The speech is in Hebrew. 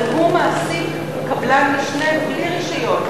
אבל הוא מעסיק קבלן משנה בלי רשיון.